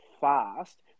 fast